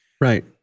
Right